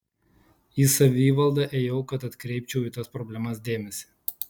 į savivaldą ėjau kad atkreipčiau į tas problemas dėmesį